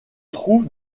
trouve